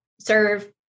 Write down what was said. serve